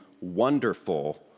wonderful